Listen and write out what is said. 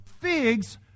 figs